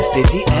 City